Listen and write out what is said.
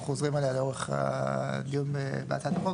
חוזרים עליה לאורך הדיון בהצעת החוק.